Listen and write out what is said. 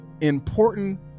important